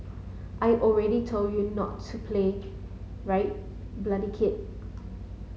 I already told you not to play right bloody kid